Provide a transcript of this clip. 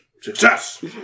success